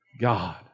God